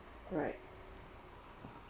right